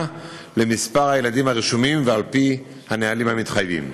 למספר הילדים הרשומים ועל-פי הנהלים המתחייבים.